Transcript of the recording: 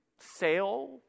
sale